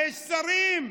יש שרים,